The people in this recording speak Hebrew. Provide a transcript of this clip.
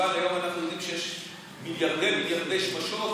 וכמובן היום אנחנו יודעים שיש מיליארדי מיליארדי שמשות